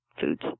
foods